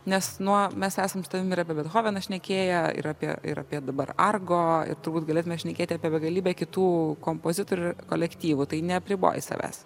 nes nuo mes esam su tavim ir apie bethoveną šnekėję ir apie ir apie dabar argo ir turbūt galėtume šnekėti apie begalybę kitų kompozitorių ir kolektyvų tai neapribojai savęs